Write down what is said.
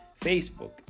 Facebook